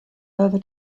over